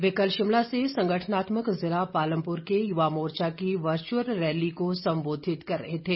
वे कल शिमला से संगठनात्मक जिला पालमपुर के युवा मोर्चा की वर्चुअल रैली को संबोधित कर रहे थे